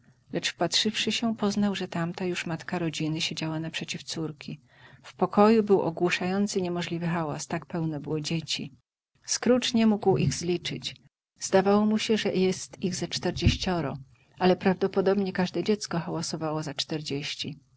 lecz wpatrzywszy się poznał że tamta już matka rodziny siedziała naprzeciw córki w pokoju był ogłuszający niemożliwy hałas tak pełno było dzieci scrooge nie mógł ich zliczyć zdawało mu się że jest ich ze czterdzieścioro ale prawdopodobnie każde dziecko hałasowało za czterdzieści